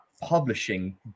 publishing